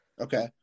Okay